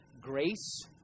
grace